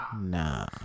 Nah